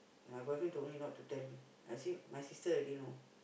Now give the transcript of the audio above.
my boyfriend told me not to tell I say my sister already know